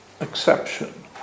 exception